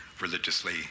religiously